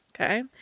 Okay